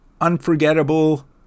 unforgettable